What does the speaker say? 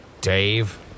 Dave